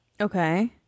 Okay